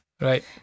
right